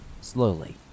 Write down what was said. Slowly